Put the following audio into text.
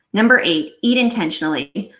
number eight eat intentionally.